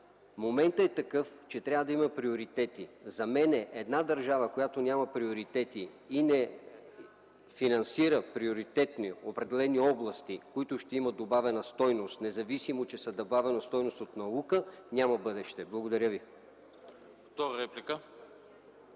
Моментът е такъв, че трябва да има приоритети. За мен, една държава, която няма приоритети и не финансира приоритетно определени области, които ще имат добавена стойност, независимо че са добавена стойност от наука, няма бъдеще. Благодаря ви.